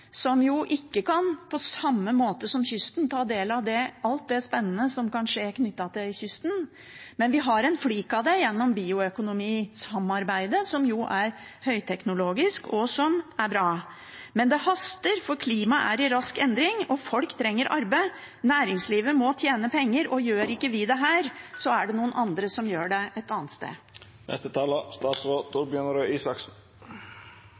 som ikke på samme måte som kysten kan ta del i alt det spennende som kan skje knyttet til kysten, men vi har en flik av det gjennom bioøkonomisamarbeidet, som er høyteknologisk, og som er bra. Men det haster, for klimaet er i rask endring, og folk trenger arbeid. Næringslivet må tjene penger, og gjør vi det ikke her, er det noen andre som gjør det et annet sted.